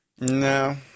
No